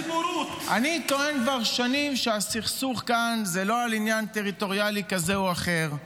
אני טוען כבר שנים שהסכסוך כאן זה לא על עניין טריטוריאלי כזה או אחר,